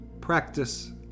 Practice